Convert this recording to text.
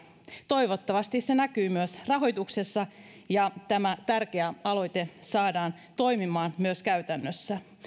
toivottavasti se näkyy myös rahoituksessa ja tämä tärkeä aloite saadaan toimimaan myös käytännössä